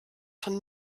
von